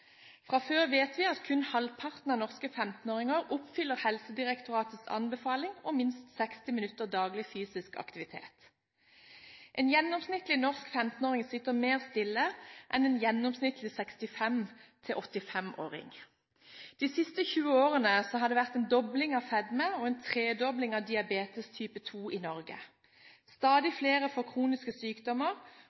Fra før vet vi at kun halvparten av norske 15-åringer oppfyller Helsedirektoratets anbefaling om minst 60 minutter daglig fysisk aktivitet. En gjennomsnittlig norsk 15-åring sitter mer stille enn en gjennomsnittlig 65–85-åring. De siste 20 årene har det vært en dobling av fedme og en tredobling av diabetes type 2 i Norge. Stadig flere får kroniske sykdommer,